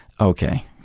okay